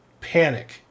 panic